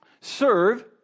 serve